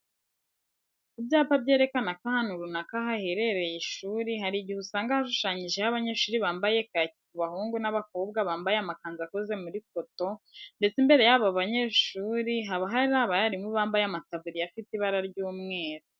Ku byapa byerekana ko ahantu runaka haherereye ishuri, hari igihe usanga hashushanyijeho abanyeshuri bambaye kaki ku bahungu n'abakobwa bambaye amakanzu akoze muri koto, ndetse imbere y'abo banyeshuri hakaba hari abarimu bambaye amataburiya afite ibara ry'umweru.